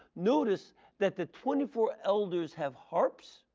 notice that the twenty four elders have harps,